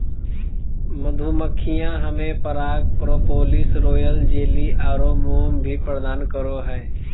मधुमक्खियां हमें पराग, प्रोपोलिस, रॉयल जेली आरो मोम भी प्रदान करो हइ